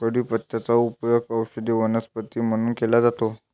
कढीपत्त्याचा उपयोग औषधी वनस्पती म्हणून केला जातो